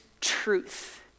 truth